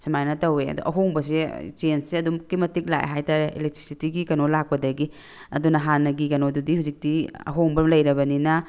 ꯁꯨꯃꯥꯏꯅ ꯇꯧꯏ ꯑꯗꯣ ꯑꯍꯣꯡꯕꯁꯦ ꯆꯦꯟꯖꯁꯦ ꯑꯗꯨꯛꯀꯤ ꯃꯇꯤꯛ ꯂꯥꯛꯑꯦ ꯍꯥꯏꯇꯥꯔꯦ ꯑꯦꯂꯦꯛꯇ꯭ꯔꯤꯁꯤꯇꯤꯒꯤ ꯀꯩꯅꯣ ꯂꯥꯛꯄꯗꯒꯤ ꯑꯗꯨꯅ ꯍꯥꯟꯅꯒꯤ ꯀꯩꯅꯣꯗꯨꯗꯤ ꯍꯧꯖꯤꯛꯇꯤ ꯑꯍꯣꯡꯕ ꯂꯩꯔꯕꯅꯤꯅ